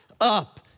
Up